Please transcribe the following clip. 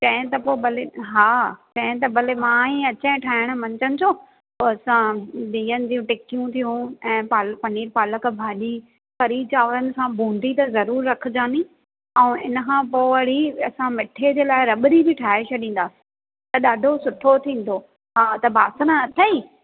चवे त पोइ भले हा चवे त भले मां ही अचे ठाहिण मंझंदि जो पोइ असां बिहुनि जूं टिकियूं थियूं ऐं पनीर पालक भाॼी कढ़ी चांवरनि सा बूंदी त ज़रूर रखजानि ऐं हिन खां पोइ वरी असां मिठे जे लाइ रबड़ी बि ठाहे छॾींदा त ॾाढो सुठो थींदो हा त बासण अथेई